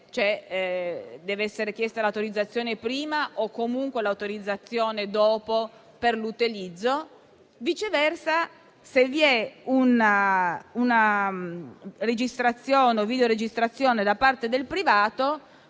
- deve essere chiesta l'autorizzazione prima o comunque dopo per l'utilizzo - viceversa, se vi è una registrazione o videoregistrazione da parte del privato,